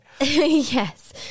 Yes